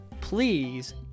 please